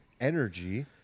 energy